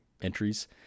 entries